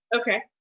Okay